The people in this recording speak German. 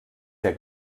der